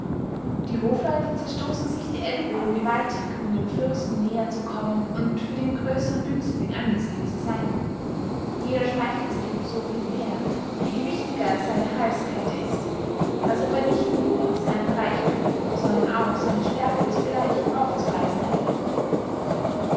die hofleute zerstossen sich die ellbögen gewaltig um dem fürsten näher zu kommen und für den grössern günstling angesehen zu seyn jeder schmeichelt sich um so viel mehr je gewichtiger seine halskette ist als ob er nicht nur seinen reichthum sondern auch seine stärke zugleich aufzuweisen hätte